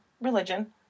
religion